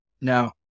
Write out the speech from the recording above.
Now